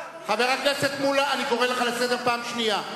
חבר הכנסת מולה, אני קורא לך לסדר פעם שנייה.